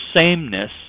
sameness